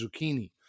zucchini